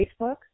Facebook